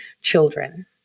children